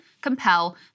compel